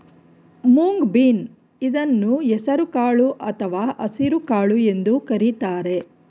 moong bean ಇದನ್ನು ಹೆಸರು ಕಾಳು ಅಥವಾ ಹಸಿರುಕಾಳು ಎಂದು ಕರಿತಾರೆ